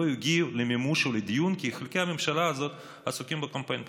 ולא הגיעו למימוש ולדיון כי חלקי הממשלה הזאת עסוקים בקמפיין בחירות.